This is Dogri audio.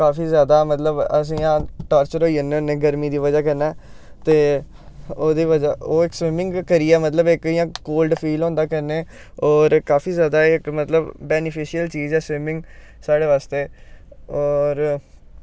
काफी ज्यादा मतलब अस इ'यां टार्चर होई जन्ने होन्ने गर्मी दी बज़ह् कन्नै ते ओह्दी बजह् कन्नै ओह् इक स्विमिंग करियै मतलब इक इयां कोल्ड फील होंदा कन्नै होर काफी ज्यादा इक मतलब बैनीफिशल चीज़ ऐ स्विमिंग साढ़े बास्तै होर